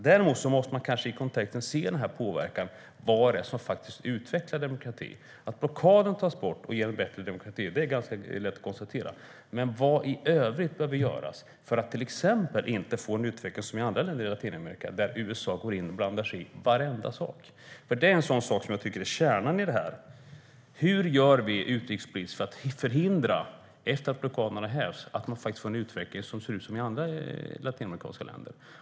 Däremot måste man se detta i kontexten av denna påverkan. Vad är det som utvecklar demokrati? Att en hävning av blockaden ger en bättre demokrati är ganska lätt att konstatera. Men vad i övrigt behöver göras för att till exempel inte få en utveckling som i andra länder i Latinamerika, där USA går in och blandar sig i varenda sak? Det hör till kärnan i det här. Hur gör vi utrikespolitiskt, efter att blockaden hävts, för att förhindra att man får en utveckling som ser ut som i andra latinamerikanska länder?